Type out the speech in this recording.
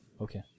Okay